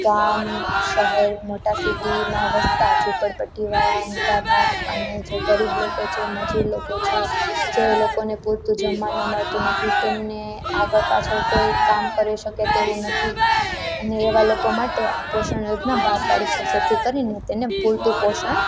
ગામ શહેર મોટા સિટીમાં વસતા ઝુંપડપટ્ટીવાળા નિરાધાર અને જે ગરીબ લોકો જે મજૂર લોકો છે જે લોકોને પૂરતું જમવાનું મળતું નથી તેમને આગળ પાછળ કોઈ કામ કરી શકે તેવું નથી અને એવા લોકો માટે આ પોષણ યોજના બહાર પાડી છે જેથી કરીને તેને પૂરતું પોષણ